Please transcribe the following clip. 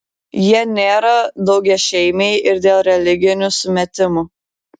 jie nėra daugiašeimiai ir dėl religinių sumetimų